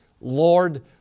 Lord